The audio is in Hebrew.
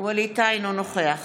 אינו נוכח